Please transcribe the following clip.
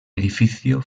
edificio